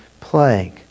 plague